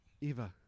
Eva